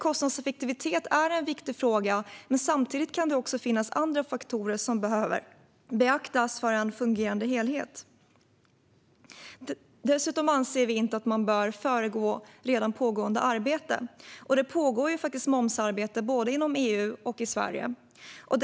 Kostnadseffektivitet är en viktig fråga, men samtidigt kan det finnas andra faktorer som behöver beaktas för en fungerande helhet. Dessutom anser vi att man inte bör föregripa redan pågående arbete. Och det pågår faktiskt momsarbete både inom EU och i Sverige.